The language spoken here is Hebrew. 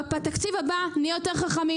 בתקציב הבא נהיה יותר חכמים,